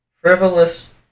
frivolous